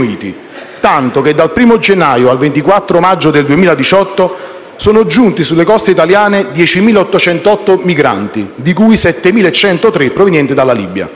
tanto che, dal 1° gennaio al 24 maggio 2018, sono giunti sulle coste italiane 10.808 migranti, di cui 7.103 provenienti dalla Libia.